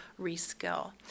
reskill